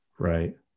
Right